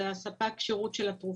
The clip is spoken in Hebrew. זה ספק השירות של התרופות,